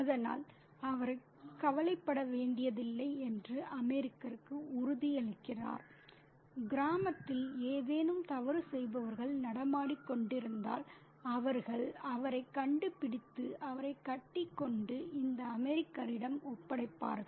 அதனால் அவர் கவலைப்பட வேண்டியதில்லை என்று அமெரிக்கருக்கு உறுதியளிக்கிறார் கிராமத்தில் ஏதேனும் தவறு செய்பவர்கள் நடமாடிக் கொண்டிருந்தாள் அவர்கள் அவரைக் கண்டுபிடித்து அவரைக் கட்டிக்கொண்டு இந்த அமெரிக்கரிடம் ஒப்படைப்பார்கள்